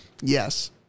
Yes